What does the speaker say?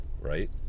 right